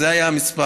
זה היה המספר,